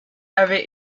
avait